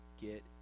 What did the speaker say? get